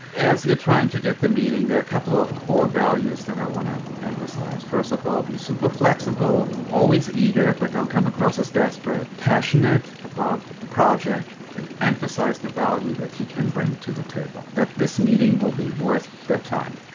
as you're trying to get the meeting, there are a couple of core values that i wanna emphasize. first of all, be super flexible, always eager, but don't come across as desperate, passionate about the project, and emphasize the value that you can bring to the table, that this meeting will be worth their time.